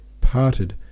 parted